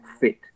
fit